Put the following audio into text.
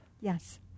Yes